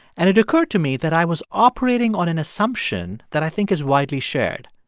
and it occurred to me that i was operating on an assumption that i think is widely shared.